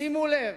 שימו לב,